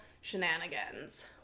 shenanigans